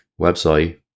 website